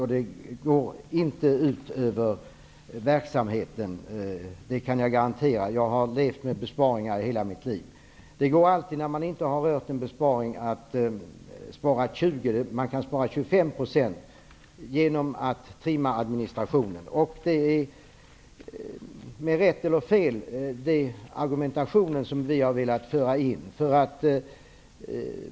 Jag kan garantera att det inte går ut över verksamheten. Jag har levt med besparingar i hela mitt liv. Det går alltid när man inte har gjort en besparing att spara 20 % eller 25 % genom att trimma administrationen. Det är med rätt eller fel den argumentation som vi har velat föra in.